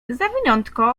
zawiniątko